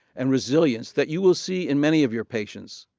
and resilience that you will see in many of your patients,